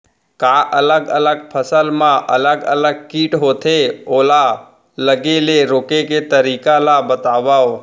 का अलग अलग फसल मा अलग अलग किट होथे, ओला लगे ले रोके के तरीका ला बतावव?